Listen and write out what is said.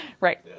Right